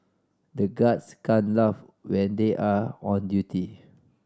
the guards can't laugh when they are on duty